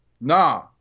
nah